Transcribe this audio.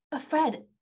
fred